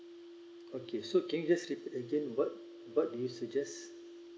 okay so can you just repeat again what what do you suggest